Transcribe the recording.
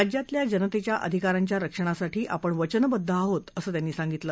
राज्यातल्या जनतेच्या अधिकारांच्या रक्षणासाठी आपण वचनबद्द आहोत असं त्यांनी सांगितलं